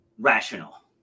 Rational